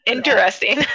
Interesting